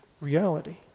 reality